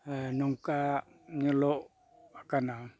ᱦᱮᱸ ᱱᱚᱝᱠᱟ ᱧᱮᱞᱚᱜ ᱠᱟᱱᱟ